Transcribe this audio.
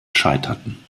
scheiterten